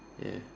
ya